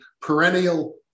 perennial